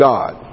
God